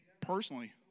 personally